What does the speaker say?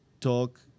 talk